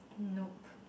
nope